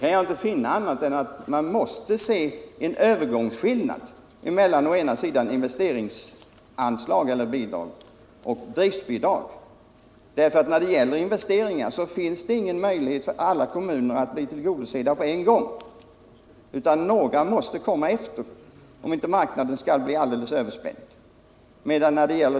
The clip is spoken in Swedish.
Jag kan inte finna annat än att det föreligger en skillnad mellan å ena sidan investeringsbidrag och å andra sidan driftbidrag. Investeringsbidrag kan inte alla kommuner få på en gång — några måste vänta om inte marknaden skall bli överhettad.